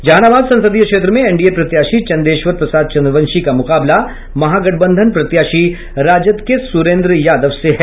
जहानाबाद संसदीय क्षेत्र में एनडीए प्रत्याशी चंदेश्वर प्रसाद चंद्रवंशी का मुकाबला महागठबंधन प्रत्याशी राजद के सुरेन्द्र यादव से है